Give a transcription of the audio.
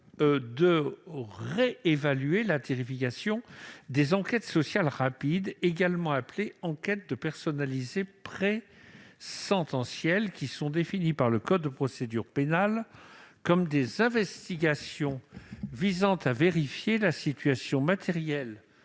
à réévaluer la tarification des enquêtes sociales rapides, également appelées enquêtes de personnalité présentencielles. Les ESR sont définies par le code de procédure pénale comme des investigations visant à vérifier la situation matérielle,